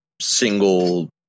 single